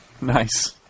Nice